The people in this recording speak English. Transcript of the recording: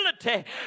ability